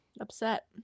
upset